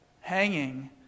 hanging